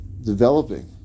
developing